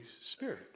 Spirit